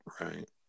right